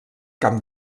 camp